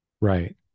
Right